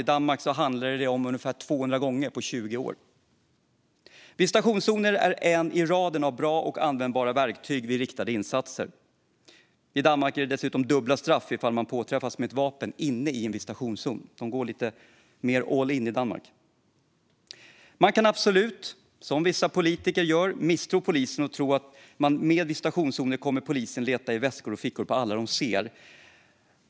I Danmark handlar det om ungefär 200 gånger på 20 år. Visitationszoner är ett i raden av bra och användbara verktyg vid riktade insatser. I Danmark är det dessutom dubbla straff om man påträffas med vapen inne i en visitationszon. Man går lite mer all-in i Danmark. Man kan absolut, som vissa politiker gör, misstro polisen och tro att med visitationszoner kommer polisen att leta i väskor och fickor på alla de ser.